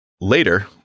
Later